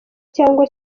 cyangwa